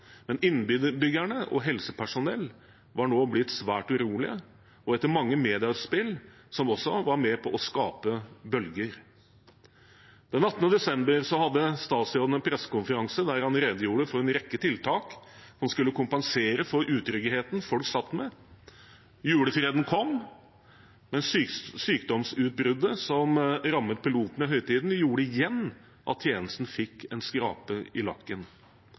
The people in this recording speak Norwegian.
men innbyggerne og helsepersonell var nå blitt svært urolige, også etter mange medieutspill som var med på å skape bølger. Den 18. desember hadde statsråden en pressekonferanse der han redegjorde for en rekke tiltak som skulle kompensere for utryggheten folk satt med. Julefreden kom, men sykdomsutbruddet som rammet pilotene i høytiden, gjorde igjen at tjenesten fikk en skrape i lakken.